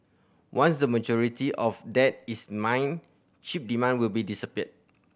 once the majority of that is mined chip demand will be disappear